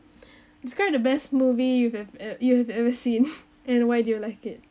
describe the best movie you have you ever seen and why do you like it